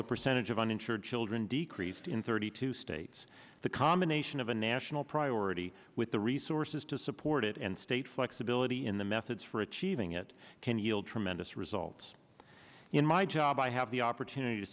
the percentage of uninsured children decreased in thirty two states the combination of a national priority with the resources to support it and state flexibility in the methods for achieving it can yield tremendous results in my job i have the opportunity to